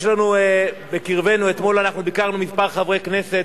יש לנו בקרבנו, אתמול ביקרנו, כמה חברי כנסת,